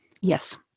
Yes